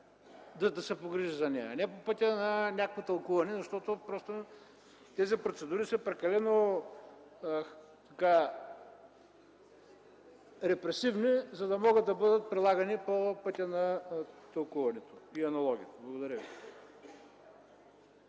да се погрижи законодателят, а не по пътя на някакво тълкуване, защото тези процедури са прекалено репресивни, за да могат да бъдат прилагани по пътя на тълкуването и аналогията.